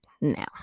now